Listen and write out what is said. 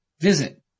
visit